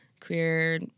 queer